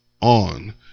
on